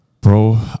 Bro